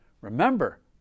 Remember